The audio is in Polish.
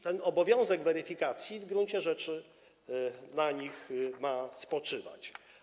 Ten obowiązek weryfikacji w gruncie rzeczy na nich ma spoczywać.